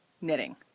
knitting